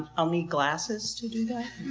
i'll need glasses to do that.